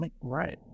Right